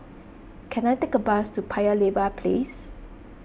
can I take a bus to Paya Lebar Place